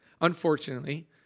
unfortunately